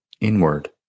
inward